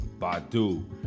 Badu